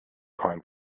coin